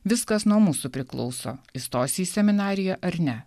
viskas nuo mūsų priklauso įstosi į seminariją ar ne